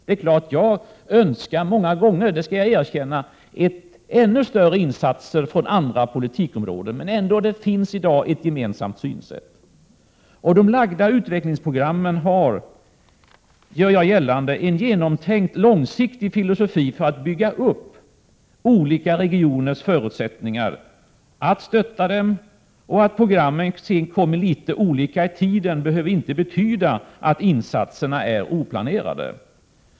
Det är klart att jag många gånger önskar, det skall jag erkänna, ännu större insatser från andra politikområden. Men det finns i dag ändå ett gemensamt synsätt. De framlagda utvecklingsprogrammen har, det vill jag göra gällande, en genomtänkt långsiktig filosofi när det gäller att bygga upp olika regioners förutsättningar och stötta dem. Att programmen kommer litet olika i tiden behöver inte betyda att insatserna är oplanerade.